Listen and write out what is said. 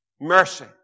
Mercy